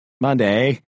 Monday